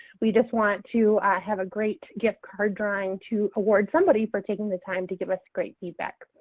we just want to have a great gift card drawing to award somebody for taking the time to give us great feedback,